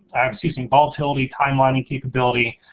excuse me, volatility timelining capability.